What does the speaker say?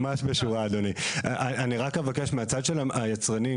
לכן לעמדת היצרנים התחולה של הצעת החוק,